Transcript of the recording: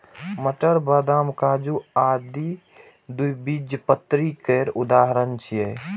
मटर, बदाम, काजू आदि द्विबीजपत्री केर उदाहरण छियै